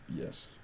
Yes